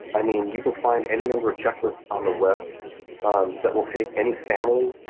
i mean you can find any number of checklists on the web that will take any family,